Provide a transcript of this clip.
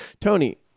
Tony